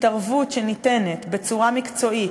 התערבות שניתנת בצורה מקצועית,